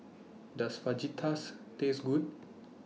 Does Fajitas Taste Good